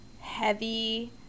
heavy